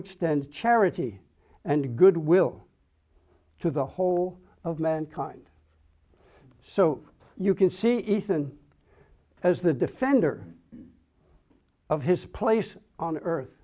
extend charity and goodwill to the whole of mankind so you can see ethan as the defender of his place on earth